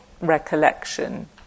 recollection